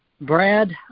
Brad